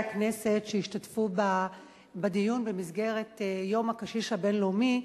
הכנסת שהשתתפו בדיון במסגרת יום הקשיש הבין-לאומי.